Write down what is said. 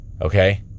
Okay